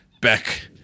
back